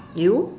you